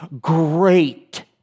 great